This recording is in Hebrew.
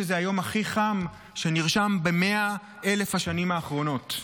שזה היום הכי חם שנרשם ב-100,000 השנים האחרונות.